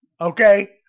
Okay